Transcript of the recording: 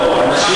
לא.